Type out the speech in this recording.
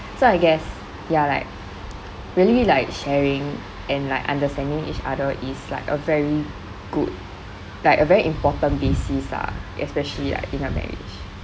so I guess ya like really like sharing and like understanding each other is like a very good like a very important basis lah especially like in a marriage